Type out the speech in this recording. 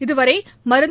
இதுவரை மருந்து